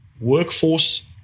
workforce